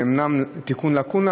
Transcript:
הצעת חוק המכר (דירות)